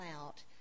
out